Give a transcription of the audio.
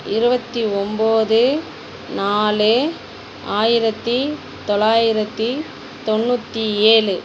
இருபத்தி ஒன்போது நாலு ஆயிரத்தி தொள்ளாயிரத்தி தொண்ணூற்றி ஏழு